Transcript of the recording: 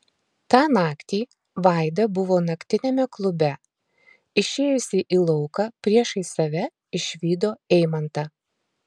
tą naktį vaida buvo naktiniame klube išėjusi į lauką priešais save išvydo eimantą